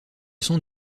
sont